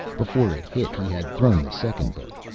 before it hit he had thrown the second book.